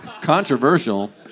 Controversial